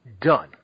done